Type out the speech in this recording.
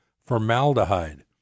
Formaldehyde